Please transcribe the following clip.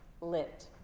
lit